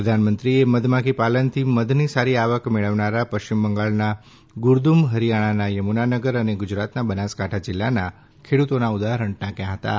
પ્રધાનમંત્રીએ મધમાખી પાલનથી મધની સારી આવક મેળવનારા પશ્ચિમ બંગાળના ગુરદુમ હરિયાણાના યમુનાનગર અને ગુજરાતના બનાસકાંઠા જિલ્લાના ખેડુતોના ઉદાહરણ ટાંક્યા હતાં